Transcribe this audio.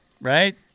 right